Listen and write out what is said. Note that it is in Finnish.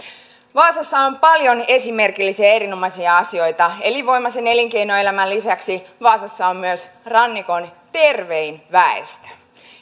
vaasassa on paljon esimerkillisiä erinomaisia asioita elinvoimaisen elinkeinoelämän lisäksi vaasassa on myös rannikon tervein väestö